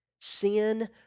Sin